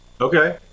Okay